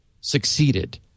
succeeded